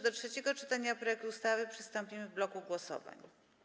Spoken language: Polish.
Do trzeciego czytania projektu ustawy przystąpimy w bloku głosowań.